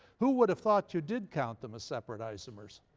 who would've thought you did count them as separate isomers?